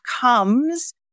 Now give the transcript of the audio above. comes